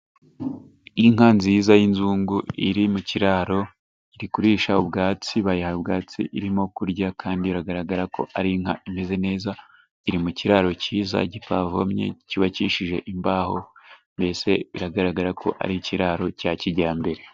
Inka nziza y'inzungu, iri mu kiraro, iri kurisha ubwatsi, bayihaye ubwatsi irimo kurya, kandi biragaragara ko ari inka imeze neza, iri mu kiraro cyiza, gipavomye, cyubakishije imbaho, mbese biragaragara ko ari ikiraro cya kijyambere.